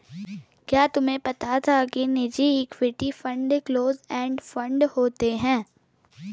क्या तुम्हें पता था कि निजी equity fund close end fund होते हैं?